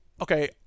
okay